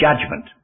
judgment